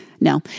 No